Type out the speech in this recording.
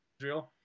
Israel